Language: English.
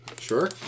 Sure